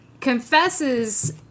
confesses